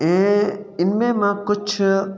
ऐं इन में मां कुझु